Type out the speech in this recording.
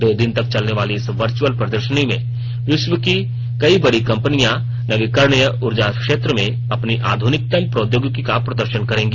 दो दिन तक चलने वाली इस वर्च्यअल प्रदर्शनी में विश्व की कई बड़ी कम्पनियां नवीकरणीय ऊर्जा क्षेत्र में अपनी आधुनिकतम प्रौद्योगिकी का प्रदर्शन करेंगी